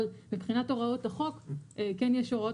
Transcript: אבל מבחינת הוראות החוק כן יש הוראות